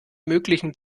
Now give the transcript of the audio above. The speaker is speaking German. möglichen